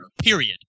Period